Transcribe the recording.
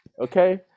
okay